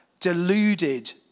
deluded